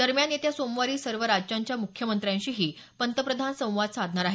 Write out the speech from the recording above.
दरम्यान येत्या सोमवारी सर्व राज्यांच्या मुख्यमंत्र्यांशीही पंतप्रधान संवाद साधणार आहेत